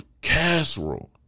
casserole